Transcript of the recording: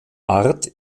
art